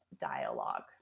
dialogue